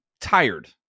tired